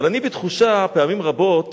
אבל אני פעמים רבות